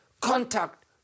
contact